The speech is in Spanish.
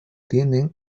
tienden